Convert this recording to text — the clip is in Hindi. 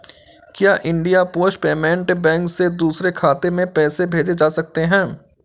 क्या इंडिया पोस्ट पेमेंट बैंक से दूसरे खाते में पैसे भेजे जा सकते हैं?